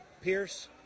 Pierce